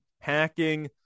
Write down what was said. hacking